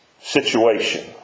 situation